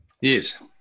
Yes